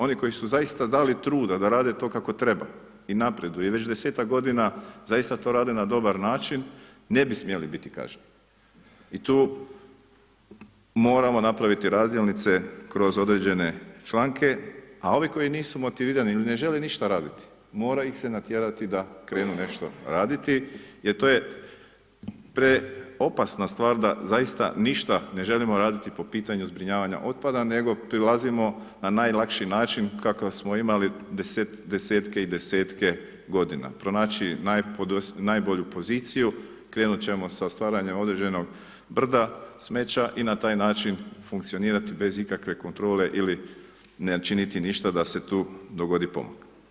Oni koji su zaista dali truda da rade to kako treba i napreduje i već 10-ak godina zaista to rade na dobar način ne bi smjeli biti kažnjeni i tu moramo napraviti razdjelnice kroz određene članke a ovi koji nisu motivirani ili ne žele ništa raditi mora ih se natjerati da krenu nešto raditi, jer to je preopasna stvar da zaista ništa ne želimo radi po pitanju zbrinjavanja otpada nego prilazimo na najlakši način kakav smo imali desetke i desetke godina, pronaći najbolju poziciju, krenut ćemo sa stvaranjem određenog brda smeća i na taj način funkcionirati bez ikakve kontrole ili ne činiti ništa da se tu dogodi pomak.